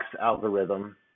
algorithm